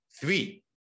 three